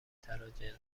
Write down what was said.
تراجنسی